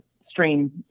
stream